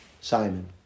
Simon